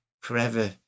forever